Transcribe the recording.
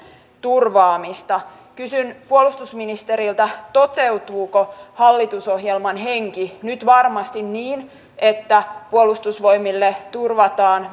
turvaamista kysyn puolustusministeriltä toteutuuko hallitusohjelman henki nyt varmasti niin että puolustusvoimille turvataan